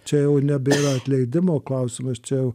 čia jau nebėra atleidimo klausimas čia jau